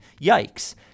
Yikes